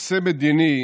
מעשה מדיני